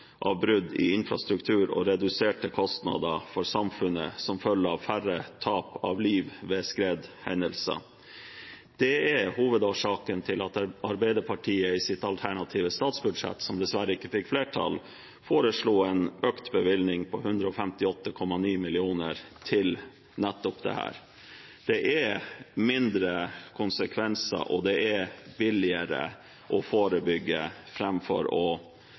brudd i infrastruktur og i form av reduserte kostnader for samfunnet som følge av færre tap av liv ved skredhendelser. Dette er hovedårsaken til at Arbeiderpartiet i sitt alternative statsbudsjett, som dessverre ikke fikk flertall, foreslo en økt bevilgning på 158,9 mill. kr til nettopp dette. Det er færre konsekvenser ved å forebygge, og det er billigere sammenliknet med å